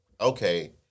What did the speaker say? okay